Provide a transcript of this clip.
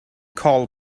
call